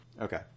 Okay